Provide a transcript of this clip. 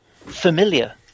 familiar